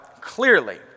clearly